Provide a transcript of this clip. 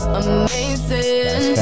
amazing